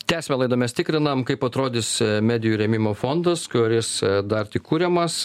tęsiame laidą mes tikrinam kaip atrodys medijų rėmimo fondas kuris dar tik kuriamas